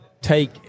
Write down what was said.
take